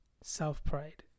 self-pride